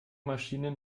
maschinen